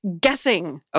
guessing